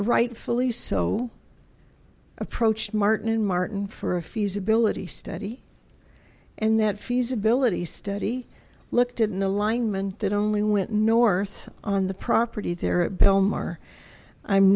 rightfully so approached martin martin for a feasibility study and that feasibility study looked in the linemen that only went north on the property there bill maher i'm